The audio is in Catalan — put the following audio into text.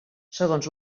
segons